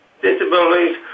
disabilities